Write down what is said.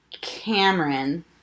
Cameron